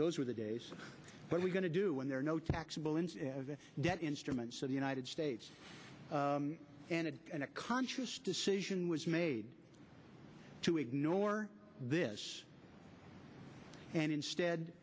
those were the days when we going to do when there are no taxable in debt instruments of the united states and a conscious decision was made to ignore this and instead